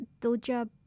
Doja